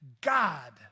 God